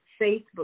Facebook